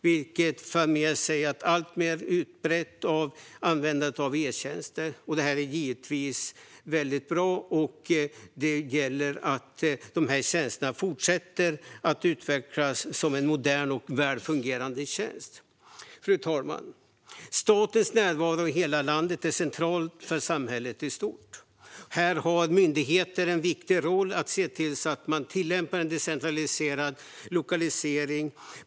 Det för med sig ett alltmer utbrett användande av etjänster. Det är givetvis bra. Det gäller att tjänsterna fortsätter att utvecklas som moderna och välfungerande tjänster. Fru talman! Statens närvaro i hela landet är central för samhället i stort. Myndigheter har en viktig roll när det gäller att se till att en decentraliserad lokalisering tillämpas.